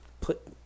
Put